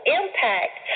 impact